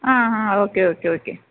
आं हां okay okay okay